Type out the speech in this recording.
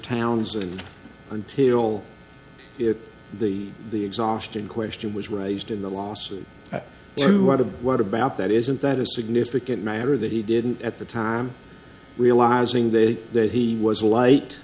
townsend until it the the exhaust in question was raised in the lawsuit what about that isn't that a significant matter that he didn't at the time realizing that that he was a light